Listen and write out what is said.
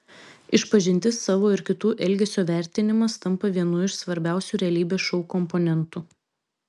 išpažintis savo ir kitų elgesio vertinimas tampa vienu iš svarbiausių realybės šou komponentų